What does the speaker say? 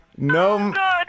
No